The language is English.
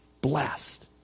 blessed